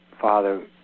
Father